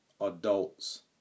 adults